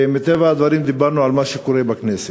מטבע הדברים דיברנו על מה שקורה בכנסת.